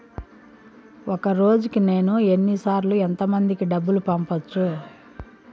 ఒక రోజుకి నేను ఎన్ని సార్లు ఎంత మందికి డబ్బులు పంపొచ్చు?